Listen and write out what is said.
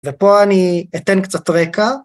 ופה אני אתן קצת רקע.